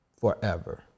forever